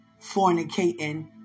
Fornicating